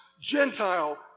Gentile